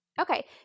Okay